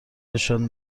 نشان